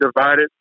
divided